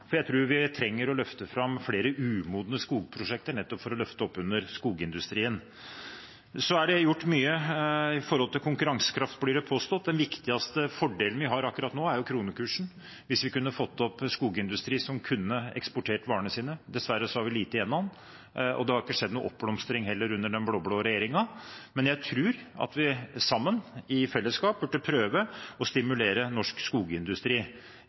for jeg tror vi trenger å løfte fram flere umodne skogprosjekter nettopp for å løfte skogindustrien. Så er det gjort mye når det gjelder konkurransekraft, blir det påstått. Den viktigste fordelen vi har akkurat nå, er kronekursen, hvis vi kunne fått opp skogindustrien så den kunne eksportert varene sine. Dessverre har vi lite igjen nå, og det har ikke skjedd noen oppblomstring heller under den blå-blå regjeringen. Men jeg tror at vi sammen i fellesskap burde prøve å stimulere norsk skogindustri.